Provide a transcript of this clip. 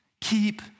Keep